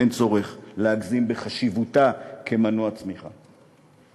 אין צורך להגזים בחשיבותה כמנוע צמיחה.